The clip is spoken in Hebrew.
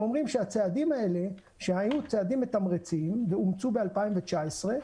אומרים שהצעדים האלה שהיו צעדים מתמרצים ואומצו ב-2019,